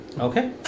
Okay